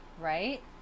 Right